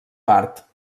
part